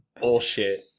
bullshit